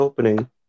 opening